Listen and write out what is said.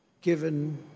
given